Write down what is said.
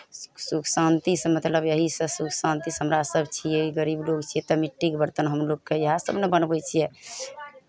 सुख शान्तिसँ मतलब यहीसँ सुख शान्तिसँ हमरा सभ छियै गरीब लोक छियै तऽ मिट्टीके बरतन हम लोककेँ इएह सभ ने बनबै छियै